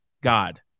God